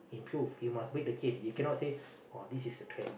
truth he must wait the kid you cannot say orh this is the trend